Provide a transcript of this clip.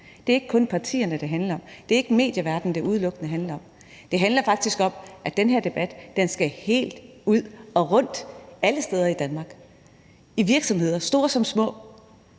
Det er ikke kun partierne, det handler om. Det er ikke medieverdenen, det udelukkende handler om. Det handler faktisk om, at den her debat skal helt ud og rundt alle steder i Danmark – i virksomheder, store som små